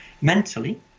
mentally